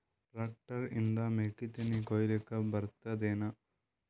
Tractor ನಿಂದ ಮೆಕ್ಕಿತೆನಿ ಕೊಯ್ಯಲಿಕ್ ಬರತದೆನ?